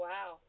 Wow